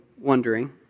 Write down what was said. wondering